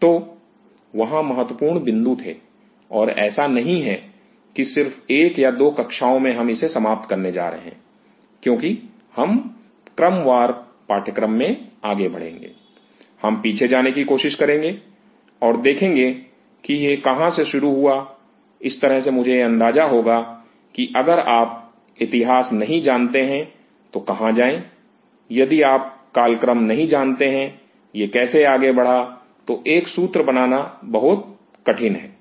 तो वहाँ महत्वपूर्ण बिंदु थे और ऐसा नहीं है कि सिर्फ एक या दो कक्षाओं में हम इसे समाप्त करने जा रहे हैं क्योंकि हम क्रमवार पाठ्यक्रम में आगे बढ़ेंगे हम पीछे जाने की कोशिश करेंगे और देखेंगे कि यह सब कहां से शुरू हुआ इस तरह से मुझे यह अंदाजा होगा कि अगर आप इतिहास नहीं जानते हैं तो कहां जाएं यदि आप कालक्रम नहीं जानते हैं यह कैसे आगे बढ़ा तो एक सूत्र बनाना बहुत कठिन है